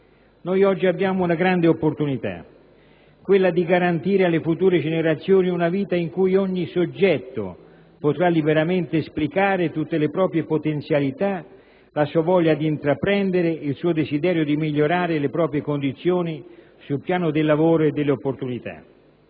Oggi abbiamo una grande opportunità: garantire alle future generazioni una vita in cui ogni soggetto potrà liberamente esplicare tutte le proprie potenzialità; la sua voglia di intraprendere, il suo desiderio di migliorare le proprie condizioni sul piano del lavoro e delle opportunità.